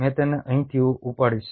હું તેને અહીંથી ઉપાડીશ